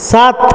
সাত